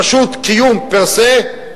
פשוט קיום פר-סה,